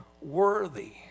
worthy